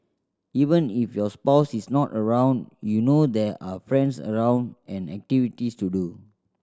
even if your spouse is not around you know there are friends around and activities to do